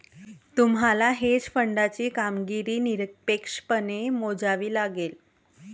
तुम्हाला हेज फंडाची कामगिरी निरपेक्षपणे मोजावी लागेल